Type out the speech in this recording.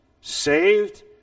saved